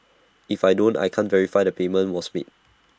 if I don't I can't verify the payment was made